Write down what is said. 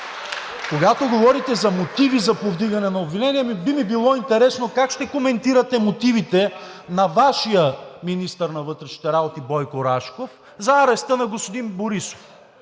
Когато говорите за мотиви за повдигане на обвинение, би ми било интересно как ще коментирате мотивите на Вашия министър на вътрешните работи Бойко Рашков за ареста на господин Борисов?